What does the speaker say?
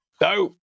No